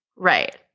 Right